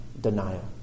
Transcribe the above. Denial